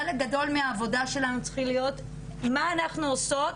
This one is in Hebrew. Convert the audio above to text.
חלק גדול מהעבודה שלנו צריך להיות מה אנחנו עושות